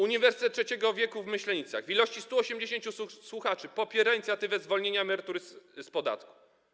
Uniwersytet Trzeciego Wieku w Myślenicach w ilości 180 słuchaczy popiera inicjatywę zwolnienia emerytury z podatku.